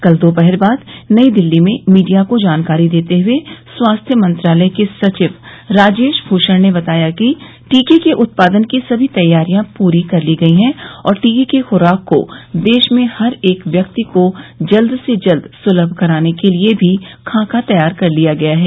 कल दोपहर बाद नई दिल्ली में मीडिया को जानकारी देते हुए स्वास्थ्य मंत्रालय के सचिव राजेश भूषण ने बताया कि टीके के उत्पादन की समी तैयारियां पूरी कर ली गई हैं और टीके की खुराक को देश में हर एक व्यक्ति को जल्द से जल्द सुलभ कराने के लिए भी खाका तैयार कर लिया गया है